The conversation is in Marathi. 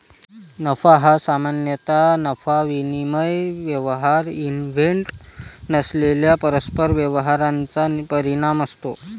नफा हा सामान्यतः नफा विनिमय व्यवहार इव्हेंट नसलेल्या परस्पर व्यवहारांचा परिणाम असतो